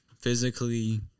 physically